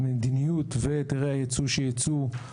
המדיניות והיתרי הייצוא שייצאו,